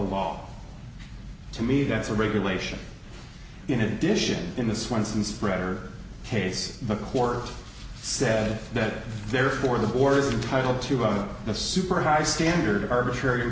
law to me that's a regulation in addition in the swenson spreader case the court said that therefore the order to title two of the super high standard arbitrary